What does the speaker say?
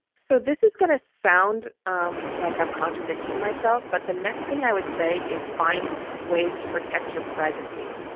so this is going to sound um like i'm contradicting myself, but the next thing i would say is find ways to protect your privacy,